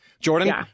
Jordan